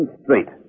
straight